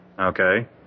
Okay